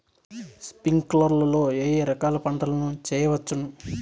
స్ప్రింక్లర్లు లో ఏ ఏ రకాల పంటల ను చేయవచ్చును?